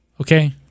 Okay